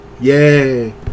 yay